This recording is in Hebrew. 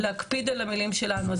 להקפיד על המילים שלנו.